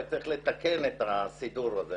אולי צריך לתקן את הסידור הזה,